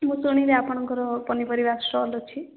ମୁଁ ଶୁଣିଲି ଆପଣଙ୍କର ପନିପରିବା ଷ୍ଟଲ୍ ଅଛି